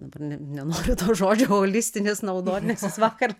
dabar nenoriu to žodžio holistinis naudoti nes jis vakar